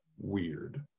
weird